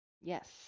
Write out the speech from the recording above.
Yes